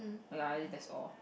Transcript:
ya that's all